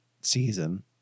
season